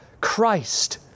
Christ